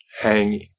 hanging